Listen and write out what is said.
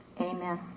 Amen